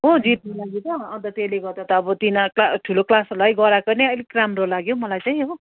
हो जित्नु लागि त अन्त त्यसले गर्दा त अब तिनीहरू क्लास ठुलो क्लासहरूलाई गराएको नै अलिक राम्रो लाग्यो मलाई चाहिँ हो